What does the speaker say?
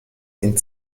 ihn